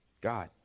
God